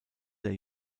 der